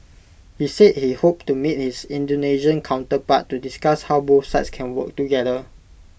he said he hoped to meet his Indonesian counterpart to discuss how both sides can work together